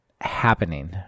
happening